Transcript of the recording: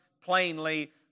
plainly